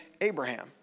Abraham